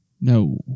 No